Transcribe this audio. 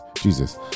jesus